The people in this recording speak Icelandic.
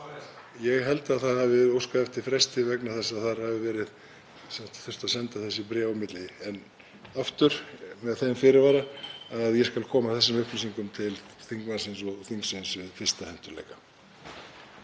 Ég held að óskað hafi verið eftir fresti vegna þess að senda þurfti bréf á milli, en aftur með þeim fyrirvara að ég skal koma þessum upplýsingum til þingmannsins og þingsins við fyrstu hentugleika.